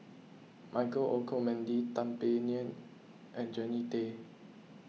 Michael Olcomendy Tan Paey Fern and Jannie Tay